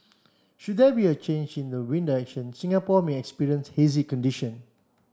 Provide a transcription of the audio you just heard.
should there be a change in the wind direction Singapore may experience hazy condition